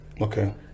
okay